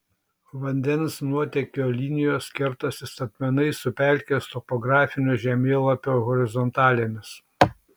vandens nuotėkio linijos kertasi statmenai su pelkės topografinio žemėlapio horizontalėmis